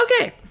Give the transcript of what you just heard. okay